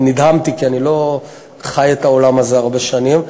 נדהמתי, כי אני לא חי את העולם הזה הרבה שנים.